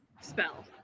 spell